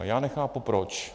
A já nechápu proč.